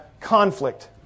conflict